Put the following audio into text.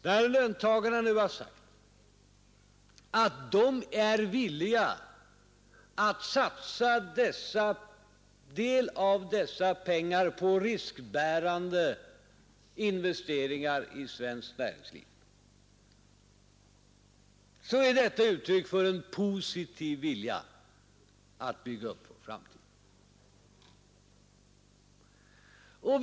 När löntagarna nu har sagt att de är villiga att satsa en del av dessa pengar på riskbärande investeringar i svenskt näringsliv, är detta ett uttryck för en positiv vilja att bygga upp vår framtid.